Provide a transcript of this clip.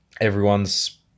everyone's